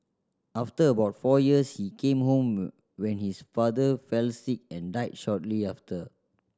after about four years he came home when his father fell sick and died shortly after